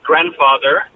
grandfather